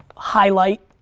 highlight.